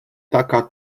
taka